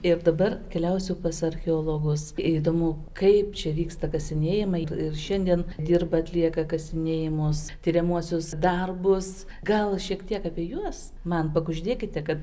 ir dabar keliausiu pas archeologus įdomu kaip čia vyksta kasinėjimai ir šiandien dirba atlieka kasinėjimus tiriamuosius darbus gal šiek tiek apie juos man pakuždėkite kad